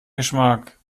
geschmack